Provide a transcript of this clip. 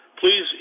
please